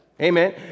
Amen